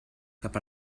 cap